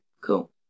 cool